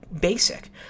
basic